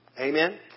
Amen